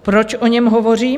Proč o něm hovořím?